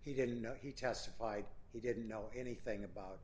he didn't know he testified he didn't know anything about